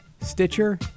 Stitcher